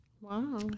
Wow